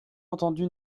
entendu